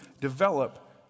develop